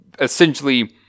essentially